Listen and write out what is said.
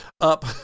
up